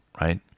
right